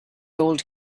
old